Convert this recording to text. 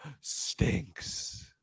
stinks